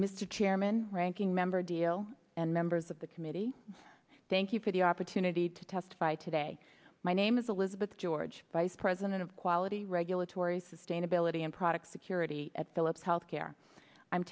mr chairman ranking member deal and members of the committee thank you for the opportunity to testify today my name is elizabeth george vice president of quality regulatory sustainability and product security at philips health care i'm